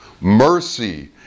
Mercy